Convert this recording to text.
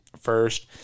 first